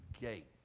gate